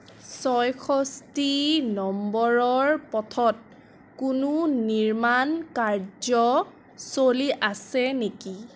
ছয়ষষ্ঠি নম্বৰৰ পথত কোনো নিৰ্মাণকাৰ্য্য় চলি আছে নেকি